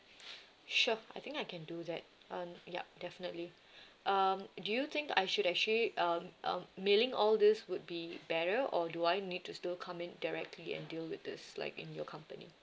sure I think I can do that um yup definitely um do you think I should actually um uh mailing all this would be better or do I need to still come in directly and deal with this like in your company